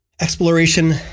Exploration